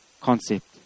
concept